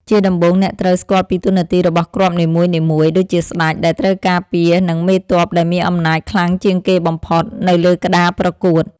ជាដំបូងអ្នកត្រូវស្គាល់ពីតួនាទីរបស់គ្រាប់នីមួយៗដូចជាស្តេចដែលត្រូវការពារនិងមេទ័ពដែលមានអំណាចខ្លាំងជាងគេបំផុតនៅលើក្តារប្រកួត។